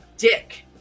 Dick